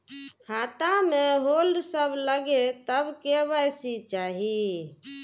खाता में होल्ड सब लगे तब के.वाई.सी चाहि?